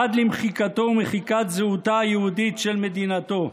עד למחיקתו ומחיקת זהותה היהודית של מדינתו,